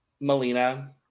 Melina